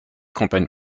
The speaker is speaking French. campagnes